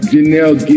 Janelle